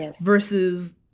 versus